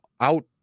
out